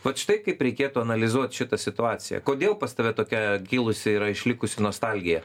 vat štai kaip reikėtų analizuot šitą situaciją kodėl pas tave tokia kilusi yra išlikusi nostalgija